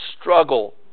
struggle